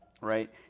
right